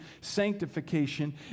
sanctification